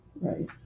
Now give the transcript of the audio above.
right